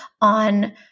on